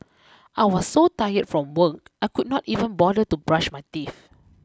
I was so tired from work I could not even bother to brush my teeth